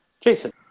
Jason